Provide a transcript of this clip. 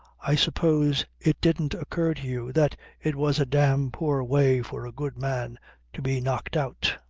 i suppose it didn't occur to you that it was a dam' poor way for a good man to be knocked out.